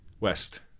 West